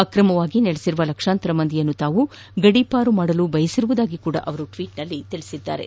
ಅಕ್ರಮವಾಗಿ ನೆಲೆಸಿರುವ ಲಕ್ಷಾಂತರ ಮಂದಿಯನ್ನು ತಾವು ಗಡಿಪಾರು ಮಾಡಲು ಬಯಸಿರುವುದಾಗಿಯೂ ಅವರು ಟ್ವೀಟ್ನಲ್ಲಿ ಹೇಳಿದ್ದಾರೆ